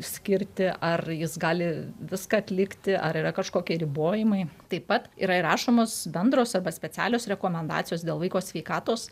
skirti ar jis gali viską atlikti ar yra kažkokie ribojimai taip pat yra įrašomos bendros arba specialios rekomendacijos dėl vaiko sveikatos